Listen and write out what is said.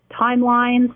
timelines